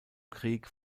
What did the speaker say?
krieg